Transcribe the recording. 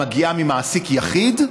מגיע ממעסיק יחיד,